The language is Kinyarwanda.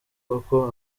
koko